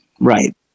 Right